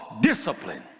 discipline